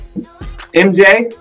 MJ